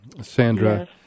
Sandra